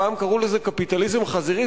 פעם קראו לזה קפיטליזם חזירי,